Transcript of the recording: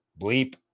bleep